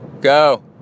go